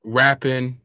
rapping